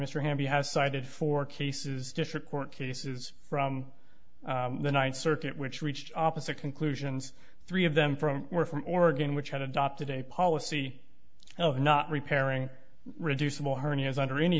mr hamby has cited four cases different court cases from the ninth circuit which reached opposite conclusions three of them from were from oregon which had adopted a policy of not repairing reduceable hernias under any